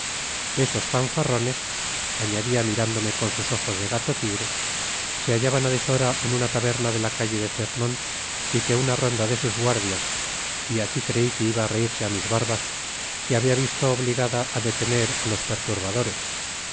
esos fanfarrones añadia mirándome con sus ojos de gato tigre se hallaban á deshora en una taberna de la calle de fernón y que una ronda de sus guardias y aqui crei que iba á reirse á mis barbas s hábia visto obligada á detener k los perturbadores